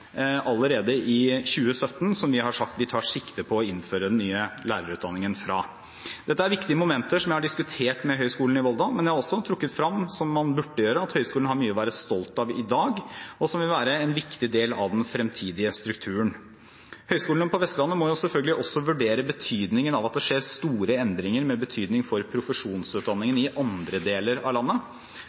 allerede i 2017, som vi har sagt vi tar sikte på å innføre den nye lærerutdanningen fra. Dette er viktige momenter som jeg har diskutert med Høgskulen i Volda, men jeg har også trukket frem, som man burde gjøre, at Høgskulen har mye å være stolt av i dag, og som vil være en viktig del av den fremtidige strukturen. Høyskolene på Vestlandet må selvfølgelig også vurdere betydningen av at det skjer store endringer med betydning for profesjonsutdanningene i andre deler av landet.